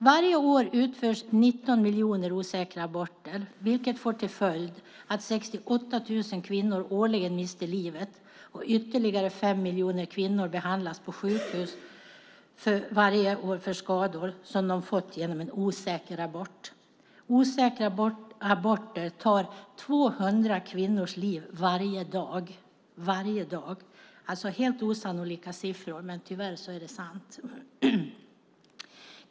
Varje år utförs 19 miljoner osäkra aborter, vilket får till följd att 68 000 kvinnor årligen mister livet och ytterligare fem miljoner kvinnor behandlas på sjukhus för skador som de fått genom en osäker abort. Osäkra aborter tar 200 kvinnors liv varje dag. Det är helt osannolika siffror, men tyvärr är det sant.